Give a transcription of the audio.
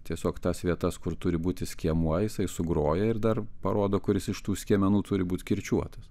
tiesiog tas vietas kur turi būti skiemuo jisai sugroja ir dar parodo kuris iš tų skiemenų turi būt kirčiuotas